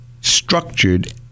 structured